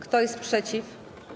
Kto jest przeciw?